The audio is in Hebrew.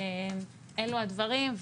אלו הדברים.